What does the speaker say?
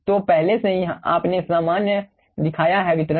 तो पहले से ही आपने सामान्य दिखाया है वितरण